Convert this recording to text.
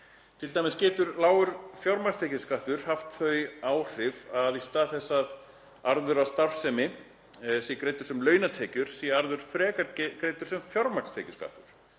Til dæmis getur lágur fjármagnstekjuskattur haft þau áhrif að í stað þess að arður af starfsemi sé greiddur sem launatekjur sé arður frekar greiddur sem fjármagnstekjuskattur.